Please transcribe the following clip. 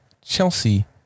Chelsea